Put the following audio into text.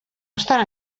obstant